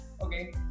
Okay